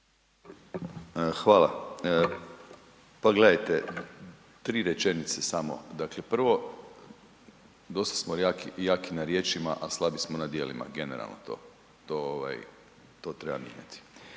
Hvala. Pa gledajte, 3 rečenice samo, dakle prvo, dosta smo jaki, jaki na riječima, a slabi smo na dijelima, generalno to, to ovaj,